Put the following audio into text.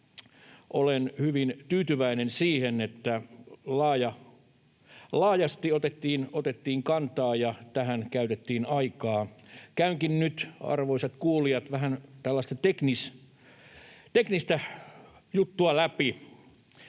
Olen hyvin tyytyväinen siihen, että laajasti otettiin kantaa ja tähän käytettiin aikaa. Käynkin nyt, arvoisat kuulijat, vähän tällaista teknistä juttua läpi.